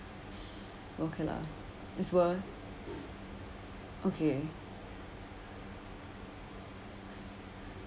okay lah it's worth okay